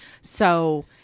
So-